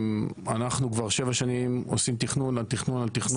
אנחנו כבר שבע שנים עושים תכנון על תכנון על תכנון.